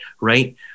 right